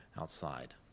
outside